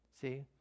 See